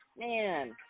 Man